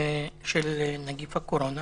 של נגיף הקורונה,